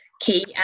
key